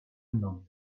mną